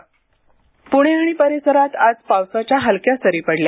प्णे आणि परिसरात आज पावसाच्या हलक्या सरी पडल्या